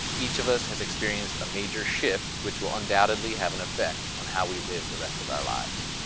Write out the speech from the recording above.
each of us has experienced a major shift which will undoubtedly have an effect on how we live the rest of our lives.